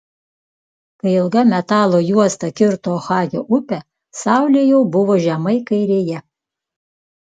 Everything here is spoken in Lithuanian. kai ilga metalo juosta kirto ohajo upę saulė jau buvo žemai kairėje